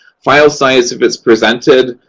file size if it's presented,